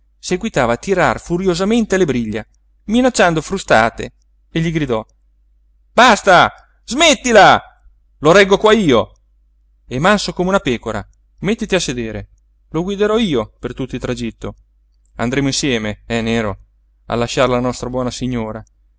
seguitava a tirar furiosamente le briglie minacciando frustate e gli gridò basta smettila lo reggo qua io è manso come una pecora mettiti a sedere lo guiderò io per tutto il tragitto andremo insieme eh nero a lasciar la nostra buona signora